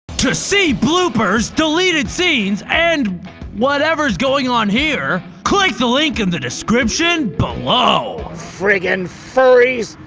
to see bloopers, deleted scenes, and whatever's going on here, click the link in the description below! friggin' furries.